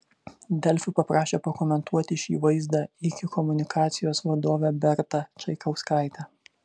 delfi paprašė pakomentuoti šį vaizdą iki komunikacijos vadovę bertą čaikauskaitę